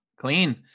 clean